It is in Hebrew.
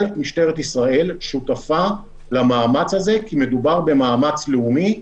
כל משטרת ישראל שותפה למאמץ הזה כי מדובר במאמץ לאומי,